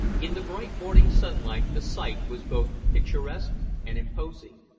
in the bright morning sunlight the sight was both picturesque and imposing,